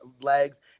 legs